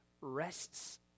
rests